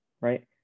right